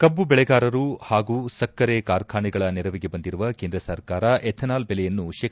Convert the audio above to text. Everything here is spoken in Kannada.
ಕಬ್ಬು ಬೆಳೆಗಾರರು ಹಾಗೂ ಸಕ್ಕರೆ ಕಾರ್ಖಾನೆಗಳ ನೆರವಿಗೆ ಬಂದಿರುವ ಕೇಂದ್ರ ಸರ್ಕಾರ ಎಥನಾಲ್ ಬೆಲೆಯನ್ನು ಶೇ